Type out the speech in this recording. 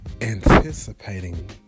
anticipating